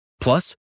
Plus